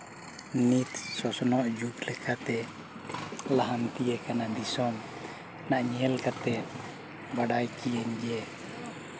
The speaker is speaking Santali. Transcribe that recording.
ᱱᱤᱛ ᱥᱚᱥᱱᱚᱜ ᱡᱩᱜᱽ ᱞᱮᱠᱟᱛᱮ ᱞᱟᱦᱟᱱᱛᱤᱭᱟᱠᱟᱱᱟ ᱫᱤᱥᱚᱢ ᱚᱱᱟ ᱧᱮᱞ ᱠᱟᱛᱮ ᱵᱟᱰᱟᱭ ᱠᱮᱜ ᱟᱹᱧ ᱡᱮ